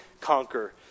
conquer